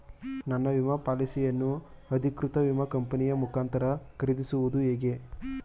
ನನ್ನ ವಿಮಾ ಪಾಲಿಸಿಯನ್ನು ಅಧಿಕೃತ ವಿಮಾ ಕಂಪನಿಯ ಮುಖಾಂತರ ಖರೀದಿಸುವುದು ಹೇಗೆ?